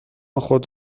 خود